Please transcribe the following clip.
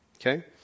Okay